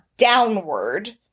downward